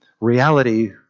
reality